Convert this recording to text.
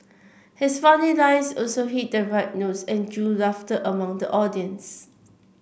his funny lines also hit the right notes and drew laughter among the audience